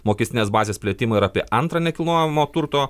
mokestinės bazės plėtimą ir apie antrą nekilnojamo turto